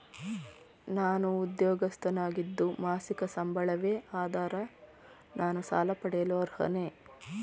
ನಾನು ಉದ್ಯೋಗಸ್ಥನಾಗಿದ್ದು ಮಾಸಿಕ ಸಂಬಳವೇ ಆಧಾರ ನಾನು ಸಾಲ ಪಡೆಯಲು ಅರ್ಹನೇ?